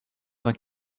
vingt